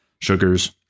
sugars